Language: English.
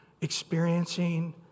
experiencing